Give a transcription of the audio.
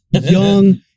young